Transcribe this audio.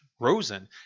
Rosen